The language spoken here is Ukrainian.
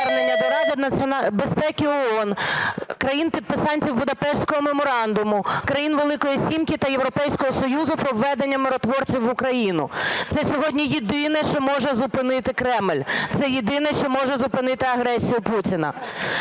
Це сьогодні єдине, що може зупинити Кремль, це єдине, що може зупинити агресію Путіна.